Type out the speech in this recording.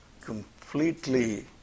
Completely